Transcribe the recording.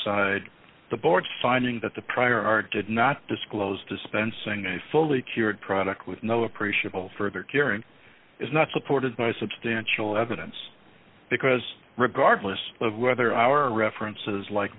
side the board finding that the prior art did not disclose dispensing a fully cured product with no appreciable further curing is not supported by substantial evidence because regardless of whether our references like